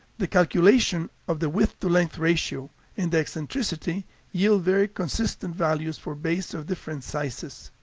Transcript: the calculation of the width-to-length ratio and the eccentricity yield very consistent values for bays of different sizes.